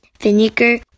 vinegar